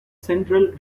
central